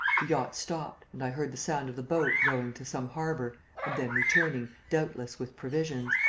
the yacht stopped and i heard the sound of the boat rowing to some harbour and then returning, doubtless with provisions.